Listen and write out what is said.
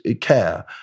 care